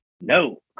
no